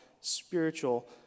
spiritual